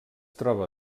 troba